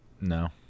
No